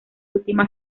última